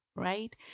right